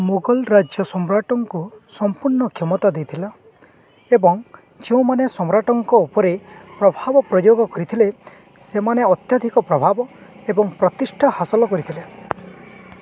ମୋଗଲ ରାଜ୍ୟ ସମ୍ରାଟଙ୍କୁ ସମ୍ପୂର୍ଣ୍ଣ କ୍ଷମତା ଦେଇଥିଲା ଏବଂ ଯେଉଁମାନେ ସମ୍ରାଟଙ୍କ ଉପରେ ପ୍ରଭାବ ପ୍ରୟୋଗ କରିଥିଲେ ସେମାନେ ଅତ୍ୟଧିକ ପ୍ରଭାବ ଏବଂ ପ୍ରତିଷ୍ଠା ହାସଲ କରିଥିଲେ